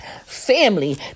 family